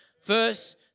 First